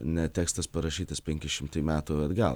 ne tekstas parašytas penki šimtai metų atgal